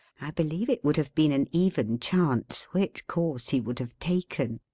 i believe it would have been an even chance which course he would have taken.